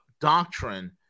doctrine